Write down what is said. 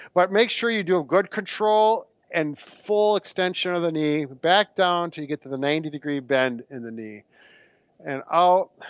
but make sure you do a good control and full extension of the knee, back down until you get to the ninety degree bend in the knee and out,